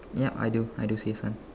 ya I do I do see front